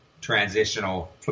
transitional